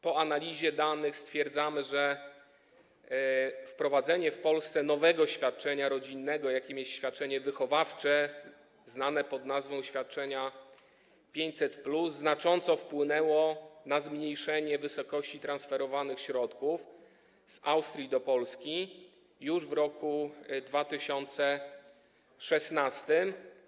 Po analizie danych stwierdzamy, że wprowadzenie w Polsce nowego świadczenia rodzinnego, jakim jest świadczenie wychowawcze, znane pod nazwą świadczenia 500+, znacząco wpłynęło na zmniejszenie wysokości transferowanych środków z Austrii do Polski już w roku 2016.